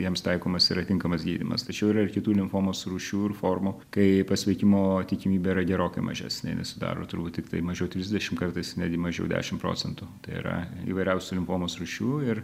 jiems taikomas yra tinkamas gydymas tačiau yra ir kitų limfomos rūšių ir formų kai pasveikimo tikimybė yra gerokai mažesni nes sudaro turbūt tiktai mažiau trisdešimt kartais netgi mažiau dešimt procentų tai yra įvairiausių limfomos rūšių ir